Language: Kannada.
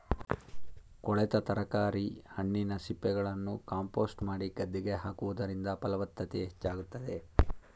ಕೊಳೆತ ತರಕಾರಿ, ಹಣ್ಣಿನ ಸಿಪ್ಪೆಗಳನ್ನು ಕಾಂಪೋಸ್ಟ್ ಮಾಡಿ ಗದ್ದೆಗೆ ಹಾಕುವುದರಿಂದ ಫಲವತ್ತತೆ ಹೆಚ್ಚಾಗುತ್ತದೆ